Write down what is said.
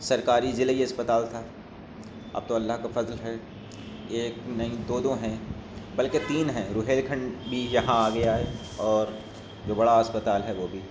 سرکاری ضلعی اسپتال تھا اب تو اللہ کا فضل ہے ایک نہیں دو دو ہیں بلکہ تین ہیں روہیلکھنڈ بھی یہاں آ گیا ہے اور جو بڑا اسپتال ہے وہ بھی